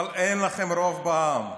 אבל אין לכם רוב בעם.